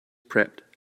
prepped